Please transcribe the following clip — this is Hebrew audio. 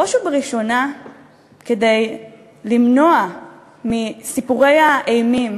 בראש ובראשונה כדי למנוע מסיפורי האימים